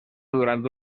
durant